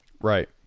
Right